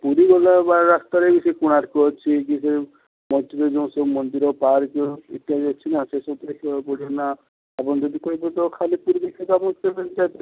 ପୁରୀ ଗଲାବେଳେ ରାସ୍ତାରେ ସେଇ କୋଣାର୍କ ଅଛି କି ସେଇ ବାଟରେ ଯୋଉସବୁ ମନ୍ଦିର ପାର୍କ ଇତ୍ୟାଦି ଅଛିନା ସେସବୁ ଦେଖିବାକୁ ପଡ଼ିବ ନା ଆପଣ ଯଦି କହିବେ ତ ଖାଲି ପୁରୀ ଦେଖିବେ